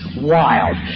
wild